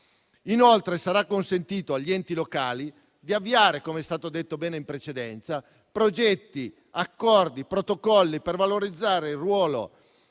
Inoltre sarà consentito agli enti locali di avviare, come è stato detto bene in precedenza, progetti, accordi e protocolli per valorizzare il ruolo